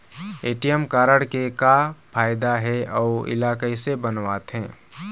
ATM card के का फायदा हे अऊ इला कैसे बनवाथे?